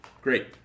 great